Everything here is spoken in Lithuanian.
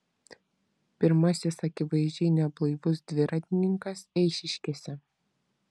pirmasis akivaizdžiai neblaivus dviratininkas eišiškėse